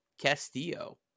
Castillo